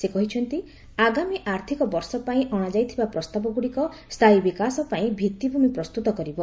ସେ କହିଛନ୍ତି ଆଗାମୀ ଆର୍ଥିକ ବର୍ଷ ପାଇଁ ଅଣାଯାଇଥିବା ପ୍ରସ୍ତାବଗୁଡ଼ିକ ସ୍ଥାୟୀ ବିକାଶ ପାଇଁ ଭିତ୍ତିଭୂମି ପ୍ରସ୍ତୁତ କରିବ